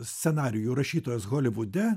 scenarijų rašytojas holivude